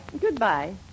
Goodbye